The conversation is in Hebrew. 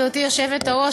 גברתי היושבת-ראש,